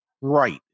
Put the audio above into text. right